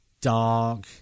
dark